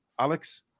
Alex